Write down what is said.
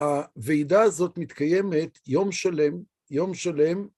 הוועידה הזאת מתקיימת יום שלם, יום שלם